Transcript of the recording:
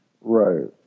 Right